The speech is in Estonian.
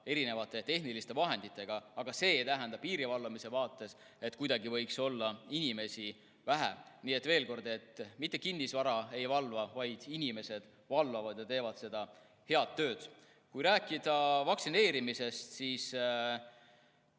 valvata tehniliste vahenditega, aga see ei tähenda piiri valvamise vaates, et inimesi võiks olla kuidagi vähem. Nii et veel kord: mitte kinnisvara ei valva, vaid inimesed valvavad ja teevad head tööd. Kui rääkida vaktsineerimisest, siis